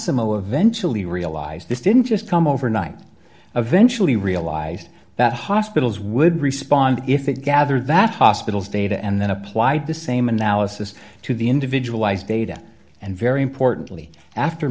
massimo eventually realized this didn't just come overnight eventually realized that hospitals would respond if it gather that hospitals data and then applied the same analysis to the individual eyes data and very importantly after